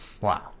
Wow